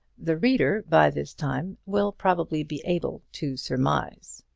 the reader by this time will probably be able to surmise.